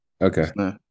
Okay